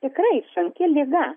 tikrai sunki liga